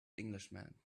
englishman